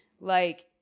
like-